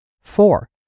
Four